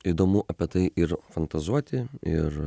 įdomu apie tai ir fantazuoti ir